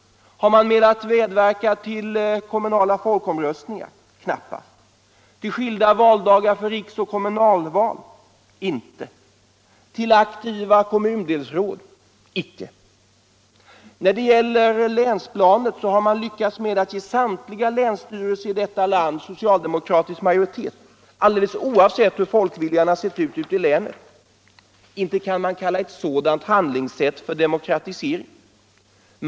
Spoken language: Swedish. Har man velat medverka till kommunala folkomröstningar? Knappast. Till skilda valdagar för riksoch kommunalval? Inte! Till aktiva kommundelsråd? Icke! När det gäller länsplanet har man lyckats med att ge samtliga länsstyrelser i detta land socialdemokratisk majoritet — alldeles oavsett hur folkviljan har sett ut i länen. Inte kan man kalla ett sådant handlingssätt för demokratisering.